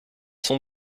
sont